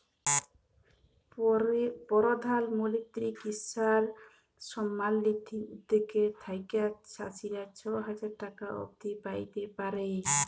পরধাল মলত্রি কিসাল সম্মাল লিধি উদ্যগ থ্যাইকে চাষীরা ছ হাজার টাকা অব্দি প্যাইতে পারে